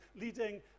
leading